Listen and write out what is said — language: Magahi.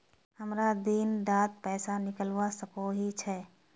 हमरा दिन डात पैसा निकलवा सकोही छै?